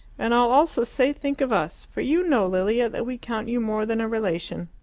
and i'll also say think of us for you know, lilia, that we count you more than a relation.